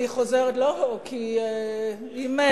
לא, כי אם,